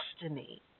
destiny